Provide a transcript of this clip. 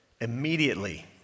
Immediately